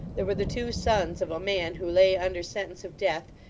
there were the two sons of a man who lay under sentence of death,